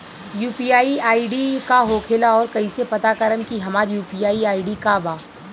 UPI ID का होखेला और कईसे पता करम की हमार यू.पी.आई आई.डी का बा?